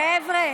חבר'ה,